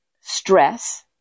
stress